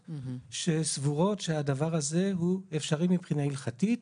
שסבורות שהדבר הזה הוא אפשרי מבחינה הלכתית.